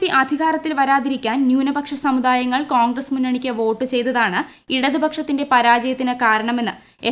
P അധികാരത്തിൽ വരാതിരിക്കാൻ ന്യൂനപക്ഷ സമുദായങ്ങൾ കോൺഗ്രസ്സ് മുന്നണിയ്ക്ക് വോട്ട് ചെയ്തതാണ് ഇടതുപക്ഷത്തിന്റെ പരാജയത്തിന് കാരണമെന്ന് എസ്